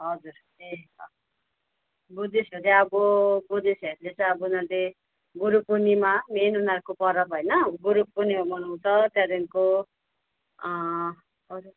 हजुर ए बुद्धिस्टहरू अब बुद्धिस्टहरूले चाहिँ अब उनीहरूले गुरु पुर्णिमा मेन उनीहरूको पर्व होइन गुरु पुर्णिमा मनाउँछ त्यहाँदेखिको अरू